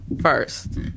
first